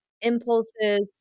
impulses